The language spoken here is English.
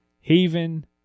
Haven